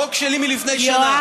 חוק שלי מלפני שנה.